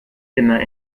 immer